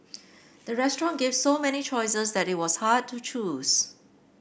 the restaurant gave so many choices that it was hard to choose